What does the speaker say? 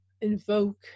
invoke